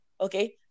Okay